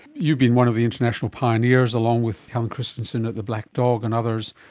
you've been one of the international pioneers, along with helen christensen at the black dog and others,